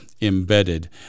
embedded